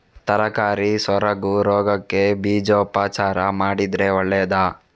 ತರಕಾರಿ ಸೊರಗು ರೋಗಕ್ಕೆ ಬೀಜೋಪಚಾರ ಮಾಡಿದ್ರೆ ಒಳ್ಳೆದಾ?